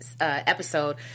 episode